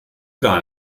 gar